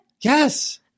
Yes